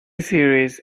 series